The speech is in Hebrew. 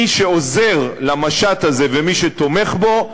מי שעוזר למשט הזה ומי שתומך בו,